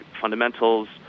fundamentals